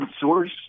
source